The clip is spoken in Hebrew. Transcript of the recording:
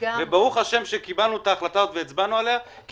וברוך השם שקיבלנו את ההחלטה הזו והצבענו עליה כי